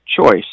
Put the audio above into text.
choice